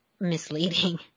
misleading